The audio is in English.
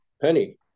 Penny